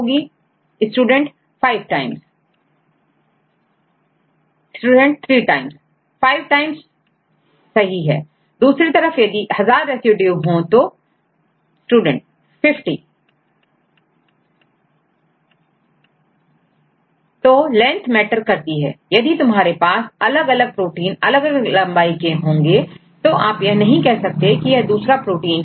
Student 5 times student five times Student 3 student three time सही दूसरी तरफ यदि1000 रेसिड्यू हो तो Student 50 स्टूडेंट 50 right तो लेंथ मैटर करती है यदि तुम्हारे पास अलग अलग प्रोटीन अलग अलग लंबाई के होतो आप यह नहीं कह सकते कि यह दूसरा प्रोटीन है